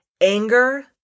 anger